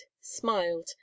smiled